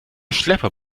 schlepper